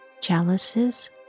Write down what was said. chalices